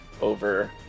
over